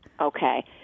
Okay